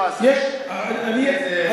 יש שכונת רמת-אשכול בלוד, ותראה מה זה.